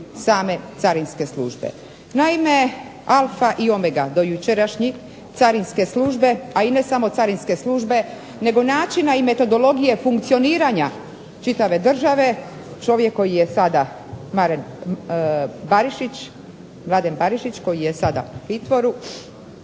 same carinske službe. Naime alfa i omega dojučerašnji carinske službe, a i ne samo carinske službe, nego načina i metodologije funkcioniranja čitave države, čovjek koji je sada Mladen Barišić, koji je sada u pritvoru,